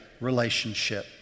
relationship